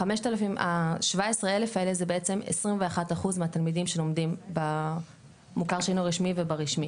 ה- 17,000 זה בעצם 21% מהתלמידים שלומדים במוכר שאינו רשמי וברשמי,